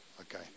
okay